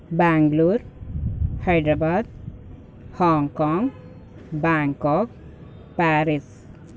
Bengaluru Hyderabad Hong Kong Bangkok Paris